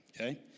Okay